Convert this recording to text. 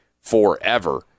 forever